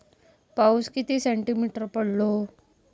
पाऊस किती सेंटीमीटर पडलो?